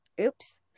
Oops